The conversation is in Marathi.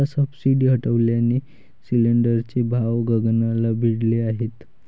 आता सबसिडी हटवल्याने सिलिंडरचे भाव गगनाला भिडले आहेत